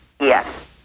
Yes